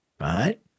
Right